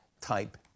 type